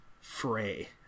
fray